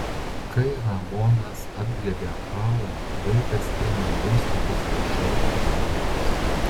kai ramonas apglėbė halą vaikas ėmė muistytis ir šauktis mamos